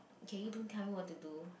can you don't tell me what to do